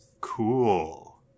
Cool